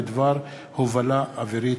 הובלה אווירית.